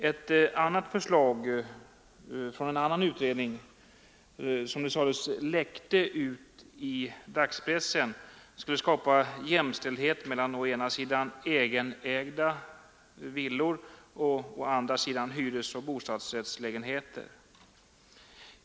Ett förslag från en annan utredning, som enligt vad som sades ”läckte ut” i dagspressen, skulle skapa jämställdhet mellan å ena sidan egenägda villor och å andra sidan hyresoch bostadsrättslägenheter.